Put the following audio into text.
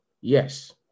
Yes